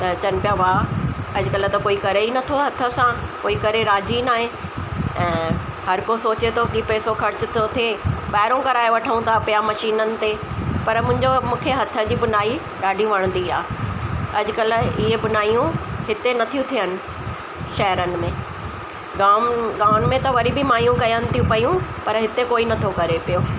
त चयनि पिया वाह अॼुकल्ह त कोई करे ई नथो हथ सां कोई करे राजी ई न आहे ऐं हर को सोचे थो की पैसो ख़र्चु थो थिए ॿाहिरो कराए वठूं था पिया मशीननि ते पर मुंहिंजो मूंखे हथ जी बुनाई ॾाढी वणंदी आहे अॼकल्ह ईअं बुनाइयूं हिते नथियूं थियनि शहरनि में गांव गांवनि में त वरी बि माइयूं कयनि थियूं पियूं पर हिते कोई नथो करे पियो